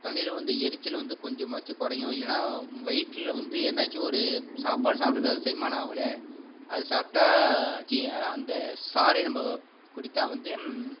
தொண்டையில் வந்த எரிச்சல் வந்து கொஞ்சமாச்சும் குறையும் இல்லைனா வயித்துல வந்து என்னாச்சும் ஒரு சாப்பாடு சாப்பிடுட்டா அது செரிமானம் ஆகல அது சாப்பிட்டா சி அந்த சாறை நம்ம குடித்தால் வந்து